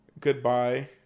goodbye